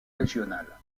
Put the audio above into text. régionale